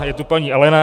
Je to paní Alena.